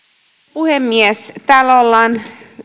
puhemies täällä ollaan